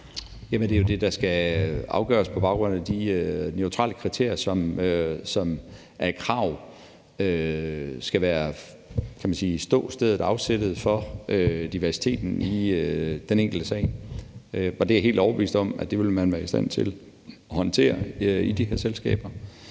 Det er jo det, der skal afgøres på baggrund af de neutrale kriterier, som det er et krav skal være ståstedet, afsættet for diversiteten i den enkelte sag. Det er jeg helt overbevist om at man vil være i stand til at håndtere i de her selskaber.